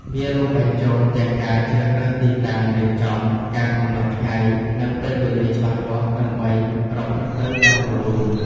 វារួមបញ្ចូល ទាំងការជ្រើសរើសទីតាំងរៀបចំ ការកំណត់ថ្ងៃ និងពេលវេលាច្បាស់លាស់ ដើម្បីប្រព្រឹត្តិទៅយ៉ាងរលូន។